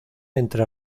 entre